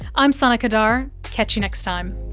i'm sana qadar. catch you next time